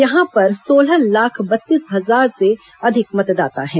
यहां पर सोलह लाख बत्तीस हजार से अधिक मतदाता हैं